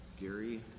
Gary